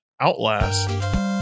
Outlast